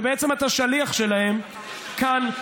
ובעצם אתה שליח שלהם כאן,